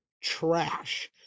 trash